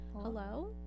Hello